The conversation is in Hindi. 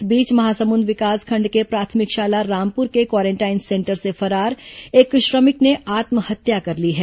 इस बीच महासमुंद विकासखंड के प्राथमिक शाला रामपुर के क्वारेंटाइन सेंटर से फरार एक श्रमिक ने आत्महत्या कर ली है